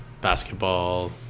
basketball